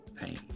pain